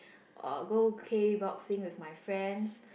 uh go Kboxing with my friends